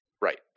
Right